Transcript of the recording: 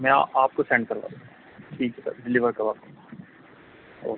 میں آپ کو سینڈ کروا دوں گا ٹھیک ہے سر ڈلیور کروا دوں گا اوکے